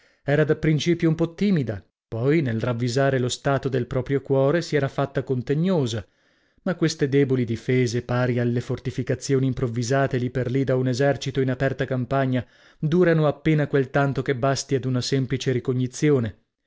era da principio un po timida poi nel ravvisare la stato del proprio cuore si era fatta contegnosa ma queste deboli difese pari alle fortificazioni improvvisate lì per lì da un esercito in aperta campagna durano appena quel tanto che basti ad una semplice ricognizione